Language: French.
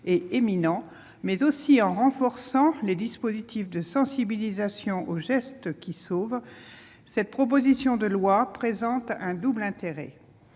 et imminent, mais aussi en renforçant les dispositifs de sensibilisation aux gestes qui sauvent, cette proposition de loi présente un double intérêt